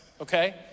okay